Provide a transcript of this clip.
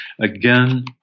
again